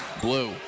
Blue